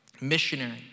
Missionary